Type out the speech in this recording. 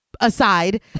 aside